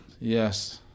Yes